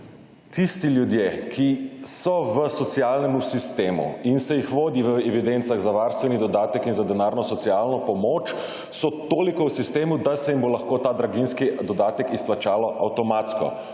Tisti ljudi, ki so v socialnem sistemu in se jih vodi v evidencah za varstveni dodatek in za denarno socialno pomoč so toliko v sistemu, da se jim bo lahko ta draginjski dodatek izplačalo avtomatsko.